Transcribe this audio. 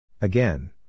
Again